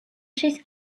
trees